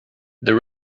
that